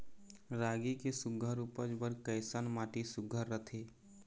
रागी के सुघ्घर उपज बर कैसन माटी सुघ्घर रथे?